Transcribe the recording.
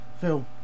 Phil